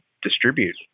distribute